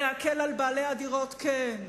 להקל על בעלי הדירות, כן.